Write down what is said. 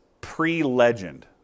pre-legend